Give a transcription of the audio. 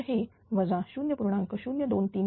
तर हे 0